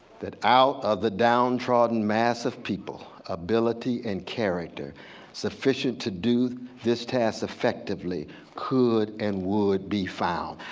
that out of the downtrodden massive people ability and character sufficient to do this task effectively could and would be found.